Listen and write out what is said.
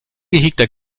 gehegter